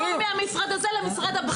נעבור מהמשרד הזה למשרד הבריאות.